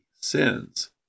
sins